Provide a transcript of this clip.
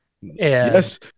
Yes